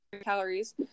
calories